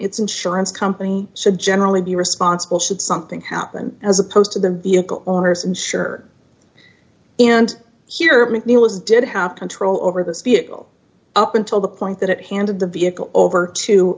its insurance company should generally be responsible should something happen as opposed to the vehicle arson sure and here mcneil is did have control over this vehicle up until the point that it handed the vehicle over t